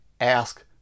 ask